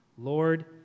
Lord